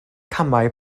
camau